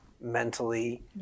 mentally